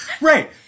Right